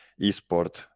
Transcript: esport